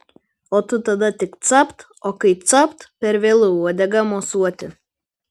o tu tada tik capt o kai capt per vėlu uodega mosuoti